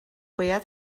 باید